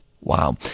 Wow